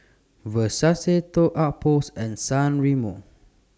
Versace Toy Outpost and San Remo